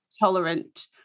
tolerant